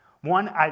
one